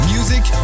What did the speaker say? Music